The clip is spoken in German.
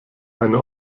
eine